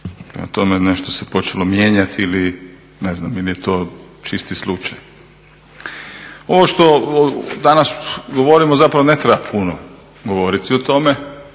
tome nešto se počelo mijenjati ili je to čisti slučaj. Ovo što danas govorimo zapravo ne treba puno govoriti o tome,